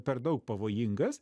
per daug pavojingas